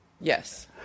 Yes